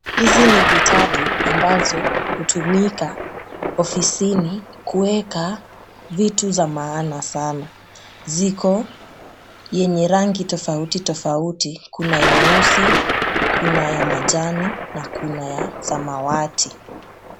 Hizi ni vitabu ambazo hutumika ofisini kuweka vitu za maana sana. Ziko yenye rangi tofauti tofauti; kuna nyeusi ,kuna ya majani na kuna ya samawati.